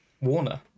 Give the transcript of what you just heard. Warner